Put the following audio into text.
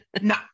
no